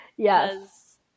Yes